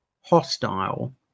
hostile